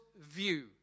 view